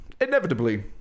inevitably